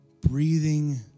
breathing